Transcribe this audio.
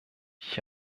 ich